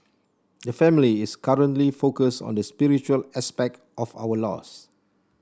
the family is currently focused on the spiritual aspect of our loss